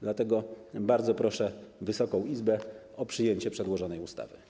Dlatego bardzo proszę Wysoką Izbę o przyjęcie przedłożonej ustawy.